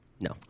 No